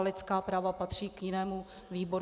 Lidská práva patří k jinému výboru.